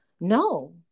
no